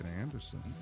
Anderson